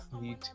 need